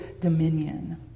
dominion